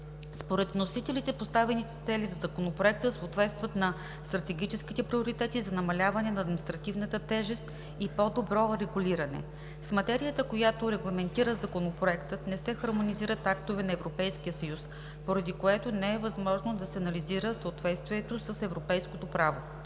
Според вносителите поставените цели в Законопроекта съответстват на стратегическите приоритети за намаляване на административната тежест и по-добро регулиране. С материята, която регламентира Законопроектът, не се хармонизират актове на Европейския съюз, поради което не е възможно да се анализира съответствието с европейското право.